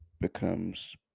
becomes